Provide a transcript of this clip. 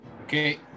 Okay